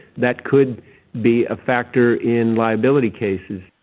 that could be a factor in liability cases.